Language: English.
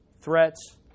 threats